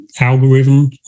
algorithm